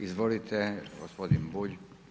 Izvolite gospodin Bulj.